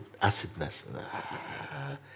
acidness